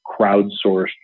crowdsourced